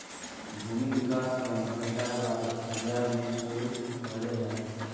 भूमि विकास बैंक पहला बार पंजाब मे शुरू होलय हल